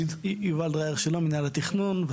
יובל דרייר שלום, ממנהל התכנון.